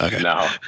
no